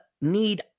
need